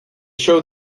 show